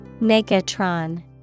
Megatron